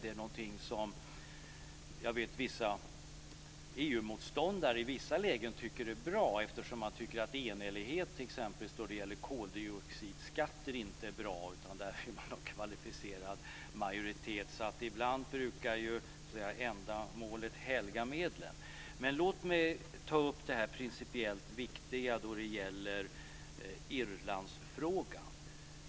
Det är något som jag vet att en del EU-motståndare i vissa lägen tycker är bra, eftersom man tycker att enhällighet när det gäller exempelvis koldioxidskatter inte är bra utan vill ha beslut med kvalificerad majoritet, så ibland brukar ju ändamålen helga medlen. Men låt mig ta upp det principiellt viktiga då det gäller Irlandsfrågan.